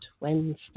wednesday